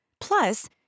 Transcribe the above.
Plus